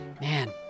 Man